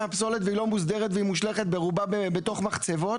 הפסולת והיא לא מוסדרת והיא מושלכת ברובה בתוך מחצבות.